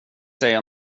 säga